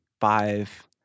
five